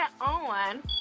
on